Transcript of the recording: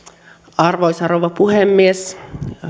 arvoisa rouva puhemies